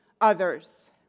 others